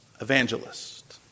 evangelist